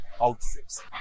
outfits